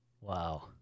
Wow